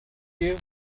you